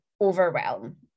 overwhelm